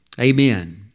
Amen